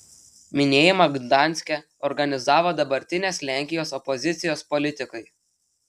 minėjimą gdanske organizavo dabartinės lenkijos opozicijos politikai